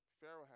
Pharaoh